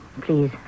please